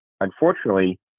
unfortunately